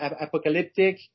apocalyptic